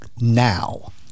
now